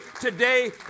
today